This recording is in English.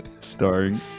Starring